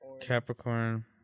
Capricorn